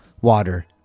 water